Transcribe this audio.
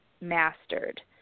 mastered